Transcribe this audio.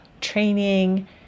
training